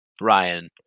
Ryan